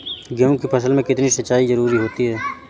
गेहूँ की फसल में कितनी सिंचाई की जरूरत होती है?